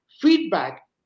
feedback